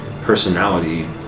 personality